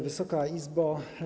Wysoka Izbo!